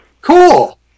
Cool